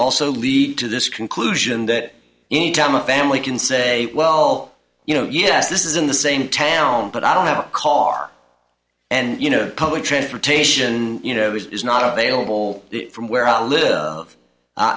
also lead to this conclusion that any time a family can say well you know yes this is in the same town but i don't have a car and you know public transportation you know is not available from where i live